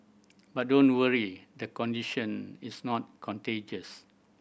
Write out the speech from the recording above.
but don't worry the condition is not contagious